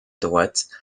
droite